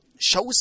shows